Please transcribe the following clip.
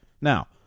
Now